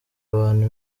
abantu